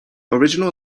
original